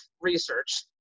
research